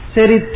Seri